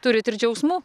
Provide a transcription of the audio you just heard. turit ir džiaugsmų